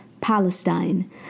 Palestine